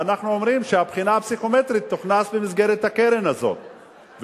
אנחנו אומרים שהבחינה הפסיכומטרית תוכנס במסגרת הקרן הזאת,